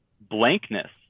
blankness